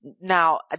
Now